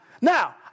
Now